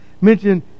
mentioned